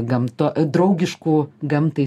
gamto draugiškų gamtai